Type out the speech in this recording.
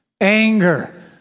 anger